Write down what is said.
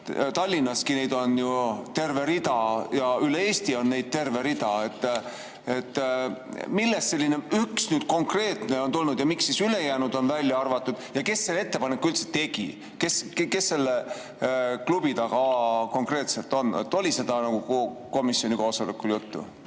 Tallinnaski on neid ju terve rida ja neid on üle Eesti. Millest selline üks konkreetne on tulnud ja miks ülejäänud on välja arvatud? Ja kes selle ettepaneku üldse tegi? Kes selle klubi taga konkreetselt on? Oli sellest komisjoni koosolekul juttu?